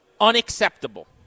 Unacceptable